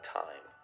time